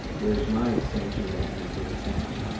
where's my sanctioned avenue for dissent?